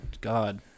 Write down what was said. God